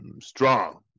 strong